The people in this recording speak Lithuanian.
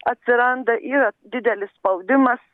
atsiranda yra didelis spaudimas